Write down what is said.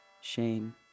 Shane